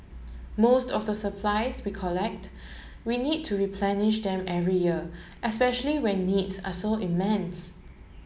most of the supplies we collect we need to replenish them every year especially when needs are so immense